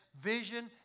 vision